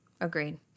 Agreed